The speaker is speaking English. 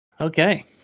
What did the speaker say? Okay